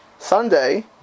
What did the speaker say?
Sunday